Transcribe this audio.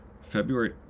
February